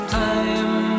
time